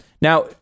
Now